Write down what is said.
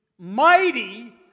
mighty